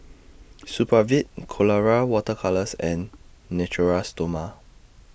Supravit Colora Water Colours and Natura Stoma